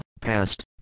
Past